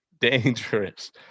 dangerous